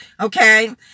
Okay